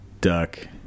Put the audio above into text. duck